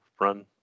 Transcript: run